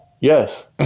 yes